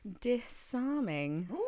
disarming